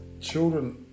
children